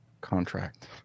Contract